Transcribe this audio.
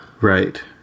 Right